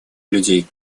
людей